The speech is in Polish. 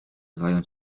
wdając